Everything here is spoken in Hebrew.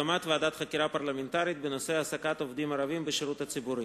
להקים ועדת חקירה פרלמנטרית בנושא העסקת עובדים ערבים בשירות הציבורי.